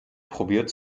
probiert